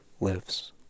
lives